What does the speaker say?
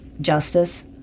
justice